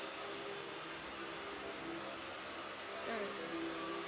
mm